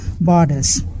borders